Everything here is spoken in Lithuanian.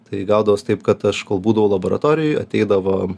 tai gaudavos taip kad aš kol būdavau laboratorijoj ateidavo